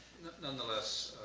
nonetheless,